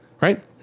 right